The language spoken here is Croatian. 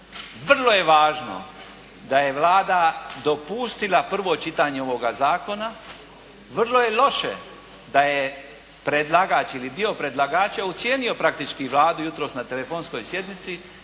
vrlo je važno da je Vlada dopustila prvo čitanje ovoga zakona. Vrlo je loše da je predlagač ili dio predlagača ucijenio praktički Vladu jutros na telefonskoj sjednici